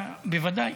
בוודאי.